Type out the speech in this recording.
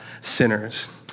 sinners